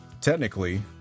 Technically